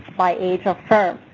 by age of firm.